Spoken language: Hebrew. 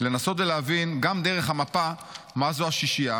לנסות ולהבין גם דרך המפה מה זו השישייה,